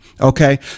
Okay